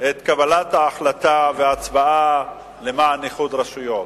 את קבלת ההחלטה וההצבעה למען איחוד רשויות.